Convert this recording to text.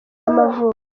y’amavuko